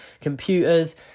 computers